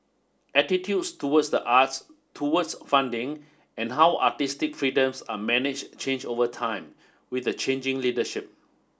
attitudes towards the arts towards funding and how artistic freedoms are managed change over time with the changing leadership